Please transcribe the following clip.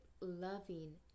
loving